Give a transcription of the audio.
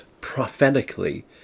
prophetically